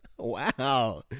Wow